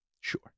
Sure